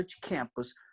campus